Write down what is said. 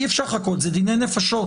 אי אפשר לחכות, זה דיני נפשות.